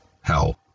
Hell